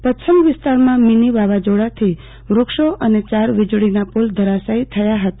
પરછમ વિસ્તારમાં મીની વાવઝોડા થી વુક્ષો અને ચાર વિજળીનાં પોલ ધરાશાઈ થ્રયા હતા